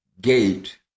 gate